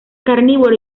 carnívoro